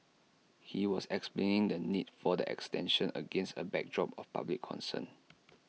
he was explaining the need for the extension against A backdrop of public concern